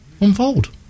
unfold